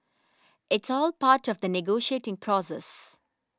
it's all part of the negotiating process